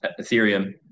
Ethereum